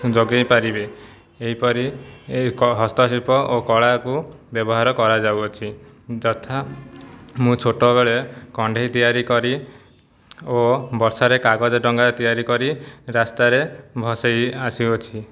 ଯୋଗାଇ ପାରିବେ ଏହିପରି ଏକ ହସ୍ତଶିଳ୍ପ ଓ କଳାକୁ ବ୍ୟବହାର କରାଯାଉଅଛି ଯଥା ମୁଁ ଛୋଟ ବେଳେ କଣ୍ଢେଇ ତିଆରି କରି ଓ ବର୍ଷାରେ କାଗଜ ଡଙ୍ଗା ତିଆରି କରି ରାସ୍ତାରେ ଭସାଇ ଆସୁଅଛି